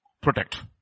Protect